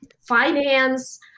finance